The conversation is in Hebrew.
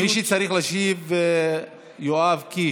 מי שצריך להשיב זה יואב קיש.